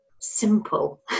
simple